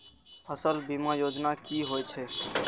फसल बीमा योजना कि होए छै?